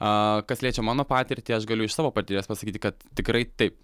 aa kas liečia mano patirtį aš galiu iš savo patirties pasakyti kad tikrai taip